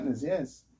yes